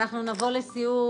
אנחנו נבוא לסיור,